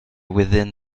within